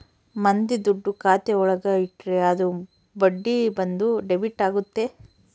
ಮಂದಿ ದುಡ್ಡು ಖಾತೆ ಒಳಗ ಇಟ್ರೆ ಅದು ಬಡ್ಡಿ ಬಂದು ಡೆಬಿಟ್ ಆಗುತ್ತೆ